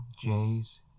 Jays